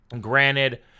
Granted